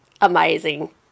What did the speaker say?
Amazing